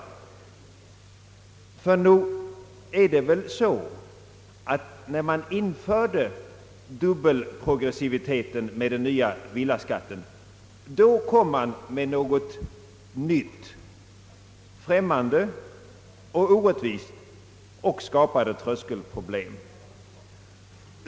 Ty nog är det väl så, att det var när man införde dubbelprogressiviteten med den nya villaskatten som man kom med någonting som är nytt och orättvist och som skapade tröskelproblem.